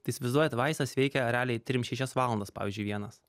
tai įsivaizduojat vaistas veikia realiai trim šešias valandas pavyzdžiui vienas